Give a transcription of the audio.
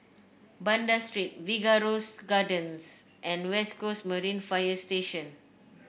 Banda Street Figaro Gardens and West Coast Marine Fire Station